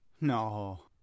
No